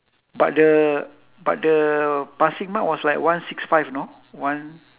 but the but the passing mark was like one six five you know one